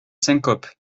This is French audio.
syncope